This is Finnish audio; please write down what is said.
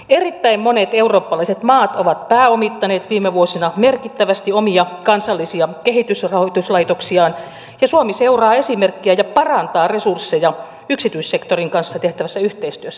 erittäin monet eurooppalaiset maat ovat pääomittaneet viime vuosina merkittävästi omia kansallisia kehitysrahoituslaitoksiaan ja suomi seuraa esimerkkiä ja parantaa resursseja yksityissektorin kanssa tehtävässä yhteistyössä